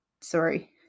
sorry